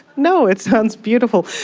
no, it sounds beautiful.